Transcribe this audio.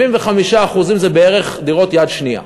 75% בערך זה דירות יד שנייה.